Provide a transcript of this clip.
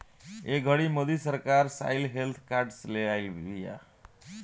ए घड़ी मोदी सरकार soil health card ले आइल बिया